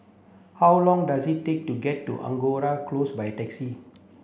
how long does it take to get to Angora Close by taxi